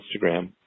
Instagram